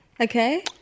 Okay